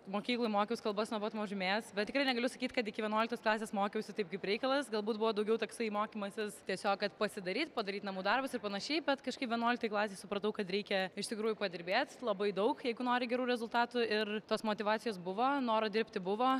mokykloj mokiaus kalbas nuo pat mažumės bet tikrai negaliu sakyt kad iki vienuoliktos klasės mokiausi taip kaip reikalas galbūt buvo daugiau toksai mokymasis tiesiog kad pasidaryt padaryt namų darbus ir panašiai bet kažkaip vienuoliktoj klasėj supratau kad reikia iš tikrųjų padirbėt labai daug jeigu nori gerų rezultatų ir tos motyvacijos buvo noro dirbti buvo